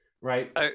right